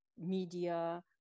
media